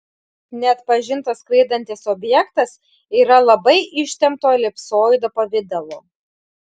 neatpažintas skraidantis objektas yra labai ištempto elipsoido pavidalo